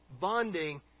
bonding